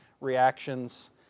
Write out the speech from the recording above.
reactions